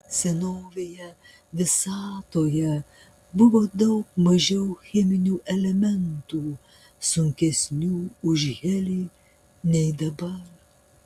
senovėje visatoje buvo daug mažiau cheminių elementų sunkesnių už helį nei dabar